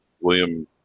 William